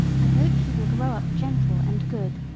i hope you will grow up gentle and good,